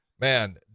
man